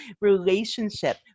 relationship